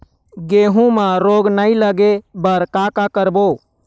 गेहूं म रोग नई लागे बर का का करबो?